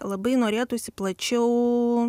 labai norėtųsi plačiau